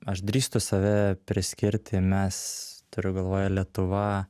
aš drįstu save priskirti mes turiu galvoje lietuva